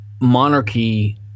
monarchy